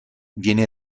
viene